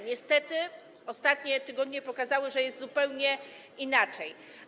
Niestety ostatnie tygodnie pokazały, że jest zupełnie inaczej.